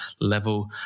level